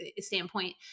standpoint